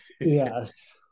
Yes